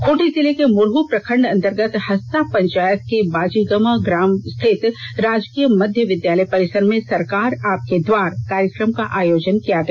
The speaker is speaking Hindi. खूंटी जिले के मुरहू प्रखंड अंतर्गत हस्सा पंचायत के बाजिगमा ग्राम स्थित राजकीय मध्य विद्यालय परिसर में सरकार आपके द्वार कार्यक्रम का आयोजन किया गया